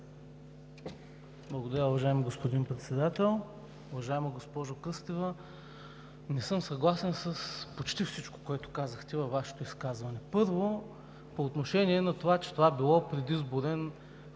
Благодаря, уважаеми господин Председател. Уважаема госпожо Кръстева, не съм съгласен с почти всичко, което казахте във Вашето изказване. Първо, по отношение на това, че това било предизборен